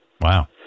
Wow